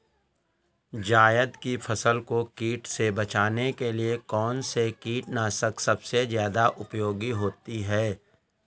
जायद की फसल को कीट से बचाने के लिए कौन से कीटनाशक सबसे ज्यादा उपयोगी होती है?